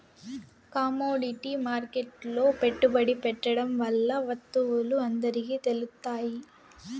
commodity మార్కెట్లో పెట్టుబడి పెట్టడం వల్ల వత్తువులు అందరికి తెలుత్తాయి